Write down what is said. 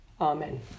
Amen